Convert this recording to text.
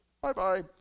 Bye-bye